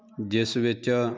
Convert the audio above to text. ਜਿਸ ਵਿੱਚ